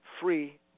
free